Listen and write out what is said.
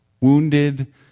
wounded